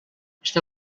està